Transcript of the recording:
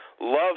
Love